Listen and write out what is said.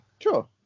Sure